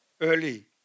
early